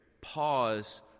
Pause